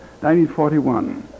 1941